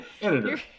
editor